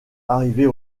arriver